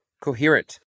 coherent